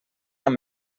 amb